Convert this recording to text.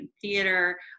theater